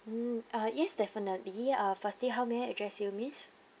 mm uh yes definitely uh firstly how may I address you miss